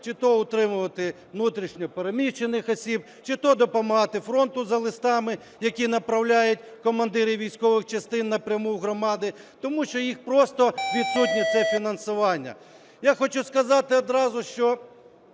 чи то утримувати внутрішньо переміщених осіб, чи то допомагати фронту за листами, які направляють командири військових частин напряму в громади, тому що просто відсутнє це фінансування. Я хочу сказати одразу, що